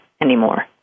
anymore